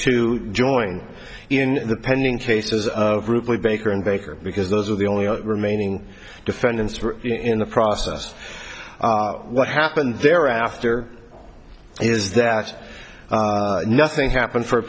to join in the pending cases of ruefully baker and baker because those are the only remaining defendants in the process what happened thereafter is that nothing happened for a